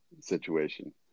situation